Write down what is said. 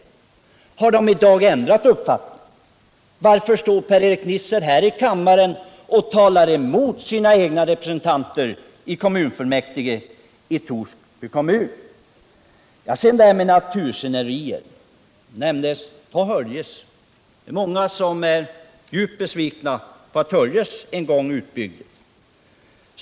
Har de i dag ändrat uppfattning? Varför talar Per-Erik Nisser här i kammaren mot sitt eget partis företrädare i kommunfullmäktige i Torsbys kommun? Sedan detta med natursceneriet. Många är djupt besvikna över att Höljes en gång utbyggdes.